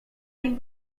nim